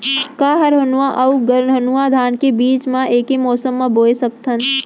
का हरहुना अऊ गरहुना धान के बीज ला ऐके मौसम मा बोए सकथन?